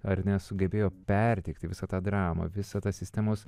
ar ne sugebėjo perteikti visą tą dramą visą tą sistemos